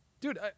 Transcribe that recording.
dude